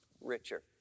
richer